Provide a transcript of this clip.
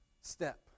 step